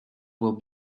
will